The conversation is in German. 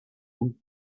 und